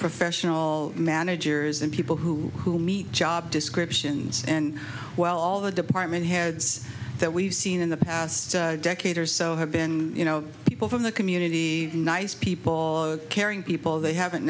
professional managers and people who who meet job descriptions and well all the department heads that we've seen in the past decade or so have been you know people from the community nice people caring people they haven't